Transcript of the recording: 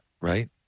right